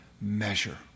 measure